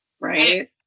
Right